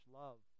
love